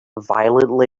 violently